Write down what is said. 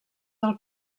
del